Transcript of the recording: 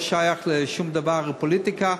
לא שייך לשום פוליטיקה,